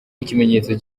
ikimenyetso